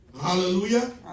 Hallelujah